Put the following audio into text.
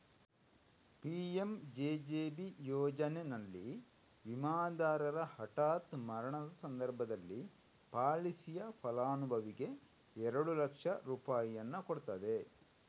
PMJJB ಯೋಜನೆನಲ್ಲಿ ವಿಮಾದಾರರ ಹಠಾತ್ ಮರಣದ ಸಂದರ್ಭದಲ್ಲಿ ಪಾಲಿಸಿಯ ಫಲಾನುಭವಿಗೆ ಎರಡು ಲಕ್ಷ ರೂಪಾಯಿಯನ್ನ ಕೊಡ್ತದೆ